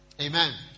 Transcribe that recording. Amen